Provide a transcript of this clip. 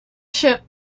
ship